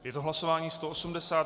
Je to hlasování 180.